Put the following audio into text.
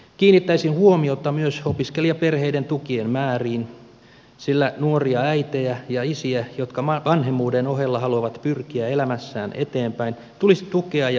kiinnittäisin huomiota myös opiskelijaperheiden tukien määriin sillä nuoria äitejä ja isiä jotka vanhemmuuden ohella haluavat pyrkiä elämässään eteenpäin tulisi tukea ja kannustaa